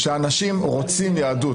אנשים רוצים יהדות,